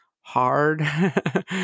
hard